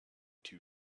too